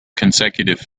consecutive